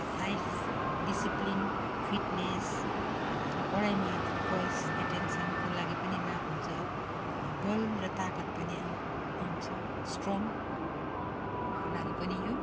life discipline fitness र पढाइमा focus एटेन्सनको लागि पनि लाभ हुन्छ बल र ताकत पनि आउँ आउँछ स्ट्रङ्गको लागि पनि यो